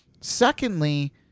Secondly